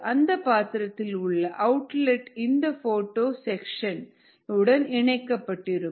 அந்த பாத்திரத்தில் உள்ள அவுட்லெட் இந்த போட்டோ செக்ஷன் இணைக்கப்பட்டிருக்கும்